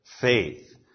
faith